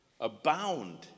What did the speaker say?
abound